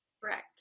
Correct